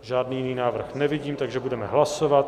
Žádný jiný návrh nevidím, takže budeme hlasovat.